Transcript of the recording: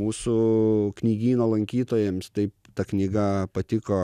mūsų knygyno lankytojams taip ta knyga patiko